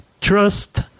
trust